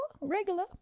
regular